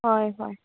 ꯍꯣꯏ ꯍꯣꯏ